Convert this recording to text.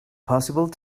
possible